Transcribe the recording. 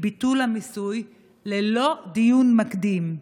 היא ביטול המיסוי ללא דיון מקדים.